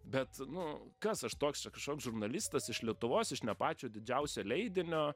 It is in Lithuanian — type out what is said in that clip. bet nu kas aš toks čia kažkoks žurnalistas iš lietuvos iš ne pačio didžiausio leidinio